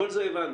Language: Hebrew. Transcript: את כל זה הבנו.